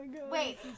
Wait